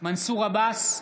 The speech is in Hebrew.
מנסור עבאס,